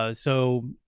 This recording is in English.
ah so.